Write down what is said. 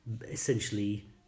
essentially